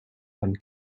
one